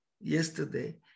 yesterday